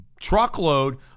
truckload